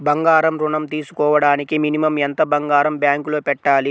బంగారం ఋణం తీసుకోవడానికి మినిమం ఎంత బంగారం బ్యాంకులో పెట్టాలి?